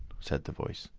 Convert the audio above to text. said the voice.